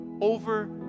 over